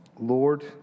Lord